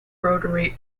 rotary